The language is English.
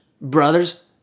brothers